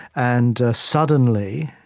and suddenly,